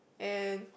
and